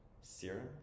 Serum